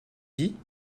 dit